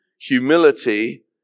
humility